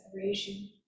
separation